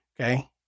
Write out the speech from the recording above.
Okay